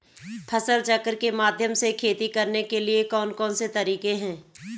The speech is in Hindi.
फसल चक्र के माध्यम से खेती करने के लिए कौन कौन से तरीके हैं?